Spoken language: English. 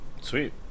Sweet